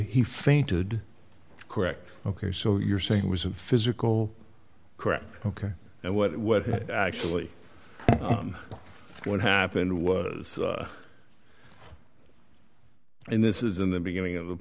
he fainted correct ok so you're saying it was a physical correct ok and what was actually what happened was and this is in the beginning of the